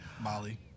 Molly